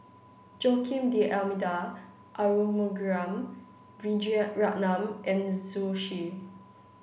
Joaquim D'almeida Arumugam Vijiaratnam and Zhu Xu